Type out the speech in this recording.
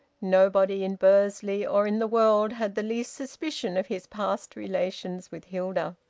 nobody in bursley, or in the world, had the least suspicion of his past relations with hilda.